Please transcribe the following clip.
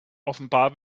offenbar